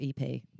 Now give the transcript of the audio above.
EP